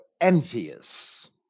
envious